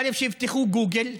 שיפתחו גוגל,